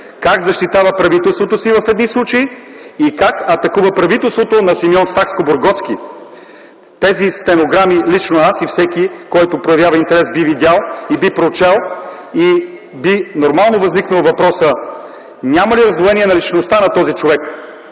как защитава правителството си в един случай и как атакува правителството на Симеон Сакскобургготски. Тези стенограми лично аз и всеки, който проявява интерес, би видял и би прочел, и нормално би възникнал въпросът: няма ли раздвоение на личността този човек?